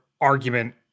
argument